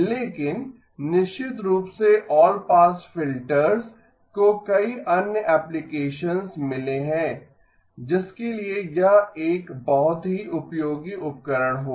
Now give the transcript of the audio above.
लेकिन निश्चित रूप से आल पास फिल्टर्स को कई अन्य एप्लिकेशन्स मिले हैं जिसके लिए यह एक बहुत ही उपयोगी उपकरण होगा